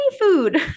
food